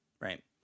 right